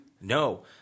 No